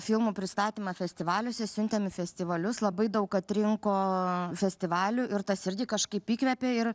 filmų pristatymą festivaliuose siuntėm į festivalius labai daug atrinko festivalių ir tas irgi kažkaip įkvėpė ir